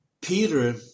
Peter